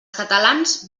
catalans